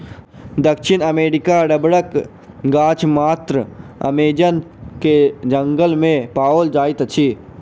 दक्षिण अमेरिकी रबड़क गाछ मात्र अमेज़न के जंगल में पाओल जाइत अछि